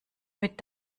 mit